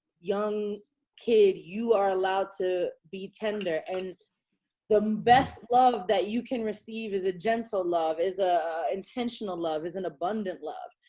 young kid, you are allowed to be tender. and the best love that you can receive is a gentle love, is an ah intentional love, is an abundant love.